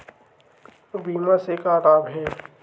बीमा से का लाभ हे?